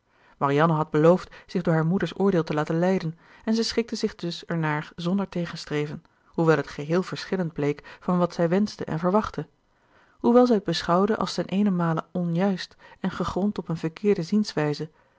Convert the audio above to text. marianne had beloofd zich door haar moeder's oordeel te laten leiden en zij schikte zich dus ernaar zonder tegenstreven hoewel het geheel verschillend bleek van wat zij wenschte en verwachtte hoewel zij het beschouwde als ten eenenmale onjuist en gegrond op een verkeerde zienswijze